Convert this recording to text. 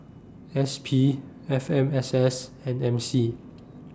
S P F M S S and M C